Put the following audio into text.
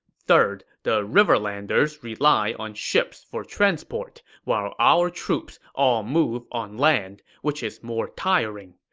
third, the riverlanders rely on ships for transport, while our troops all move on land, which is more tiring.